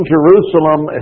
Jerusalem